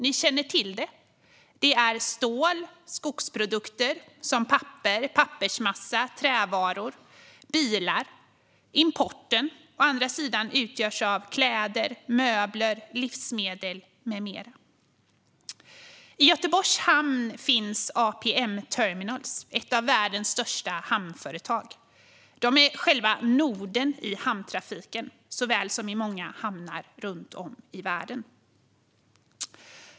Ni känner till de varorna - det är stål, det är skogsprodukter som papper, pappersmassa och trävaror och det är bilar. Importen utgörs av kläder, möbler, livsmedel med mera. I Göteborgs hamn finns APM Terminals, ett av världens största hamnföretag. De är själva noden i hamntrafiken här såväl som i många hamnar runt om i världen.